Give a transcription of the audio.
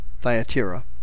Thyatira